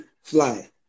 Fly